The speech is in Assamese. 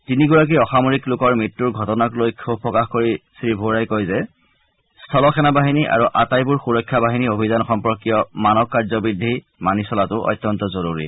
তিনিগৰাকী অসামৰিক লোকৰ মৃত্যুৰ ঘটনাক লৈ ক্ষোভ প্ৰকাশ কৰি শ্ৰীভোহৰাই কয় যে স্থল সেনাবাহিনী আৰু আটাইবোৰ সুৰক্ষা বাহিনী অভিযান সম্পৰ্কীয় মানক কাৰ্যবিধি মানি চলাটো অত্যন্ত জৰুৰী